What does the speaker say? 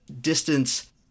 distance